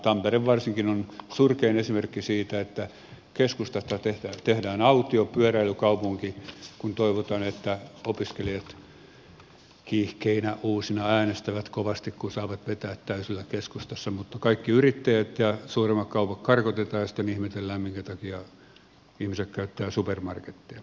tampere varsinkin on surkein esimerkki siitä että keskustasta tehdään autio pyöräilykaupunki kun toivotaan että opiskelijat kiihkeinä uusina äänestävät kovasti kun saavat vetää täysillä keskustassa mutta kaikki yrittäjät ja suuremmat kaupat karkotetaan ja sitten ihmetellään minkä takia ihmiset käyttävät supermarketteja